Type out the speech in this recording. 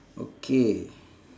okay